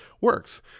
works